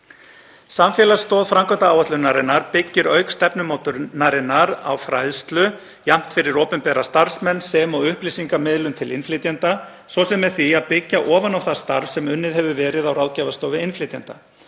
Samfélagsstoð framkvæmdaáætlunarinnar byggir auk stefnumótunarinnar á fræðslu jafnt fyrir opinbera starfsmenn sem og upplýsingamiðlun til innflytjenda, svo sem með því að byggja ofan á það starf sem unnið hefur verið á ráðgjafastofu innflytjenda.